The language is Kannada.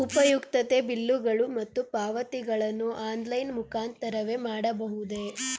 ಉಪಯುಕ್ತತೆ ಬಿಲ್ಲುಗಳು ಮತ್ತು ಪಾವತಿಗಳನ್ನು ಆನ್ಲೈನ್ ಮುಖಾಂತರವೇ ಮಾಡಬಹುದೇ?